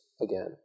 again